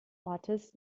ortes